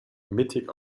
mittig